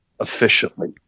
efficiently